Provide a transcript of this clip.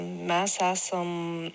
mes esam